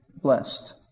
blessed